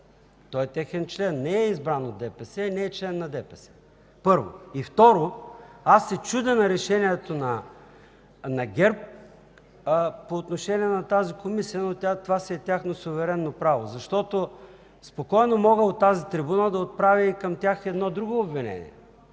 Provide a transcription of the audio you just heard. той е техен член, не е избран от ДПС, не е член на ДПС, първо. Второ, аз се чудя на решението на ГЕРБ по отношение на тази Комисия, но това си е тяхно суверенно право. Защото спокойно от тази трибуна мога да отправя към тях и едно друго обвинение,